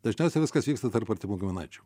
dažniausiai viskas vyksta tarp artimų giminaičių